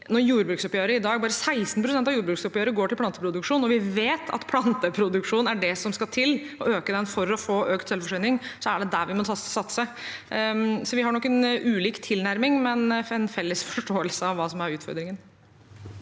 planteproduksjonen. Når bare 16 pst. av jordbruksoppgjøret går til planteproduksjon i dag – og vi vet at å øke planteproduksjon er det som skal til for å få økt selvforsyning – er det der vi må satse. Så vi har nok en ulik tilnærming, men en felles forståelse av hva som er utfordringen.